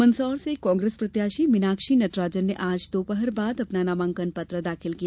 मंदसौर से कांग्रेस प्रत्याशी मिनाक्षी नटराजन ने आज दोपहर बाद अपना नामांकन पत्र दाखिल किया